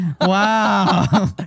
Wow